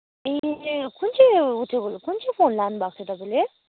ए अँ कुन चाहिँ उ त्यो कुन चाहिँ फोन लानुभएको थियो तपाईँले